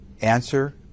answer